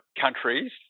countries